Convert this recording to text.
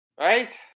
Right